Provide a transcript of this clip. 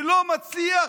שלא מצליח,